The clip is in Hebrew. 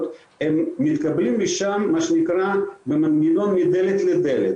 מתקבלים לשם במנגנון שנקרא "מדלת לדלת".